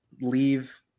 leave